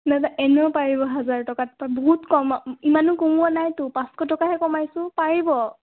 দাদা এনেও পাৰিব হাজাৰ টকাত বহুত কম ইমানো কমোৱা নাইটো পাঁচশ টকাহে কমাইছোঁ পাৰিব